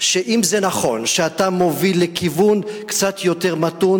שאם זה נכון שאתה מוביל לכיוון קצת יותר מתון